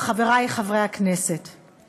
חברי חברי הכנסת,